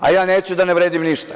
A ja neću da ne vredim ništa.